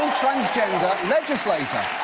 transgender legislator.